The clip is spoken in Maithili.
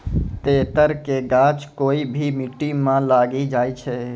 तेतर के गाछ कोय भी मिट्टी मॅ लागी जाय छै